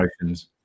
emotions